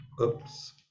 oops